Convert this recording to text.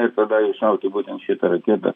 ir tada iššauti būtent šita raketa